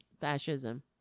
fascism